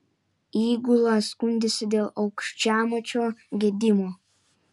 įgula skundėsi dėl aukščiamačio gedimo